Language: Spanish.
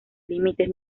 límites